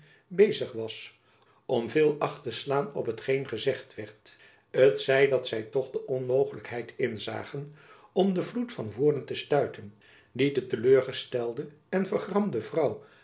bezig was om veel acht te slaan op hetgeen gezegd werd t zij dat zy toch de onmogelijkheid inzagen om den vloed van woorden te stuiten die de te leur gestelde en vergramde vrouw